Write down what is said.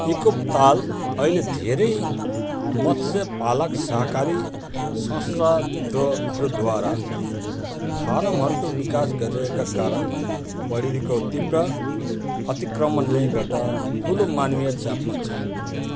इकोप ताल अहिले धेरै मत्स्यपालक सहकारी संसदहरूद्वारा फारमहरूको विकास गरिएका कारण बढेको तीव्र अतिक्रमणले गर्दा ठुलो मानवीय चापमा छ